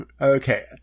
okay